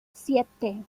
siete